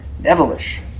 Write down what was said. devilish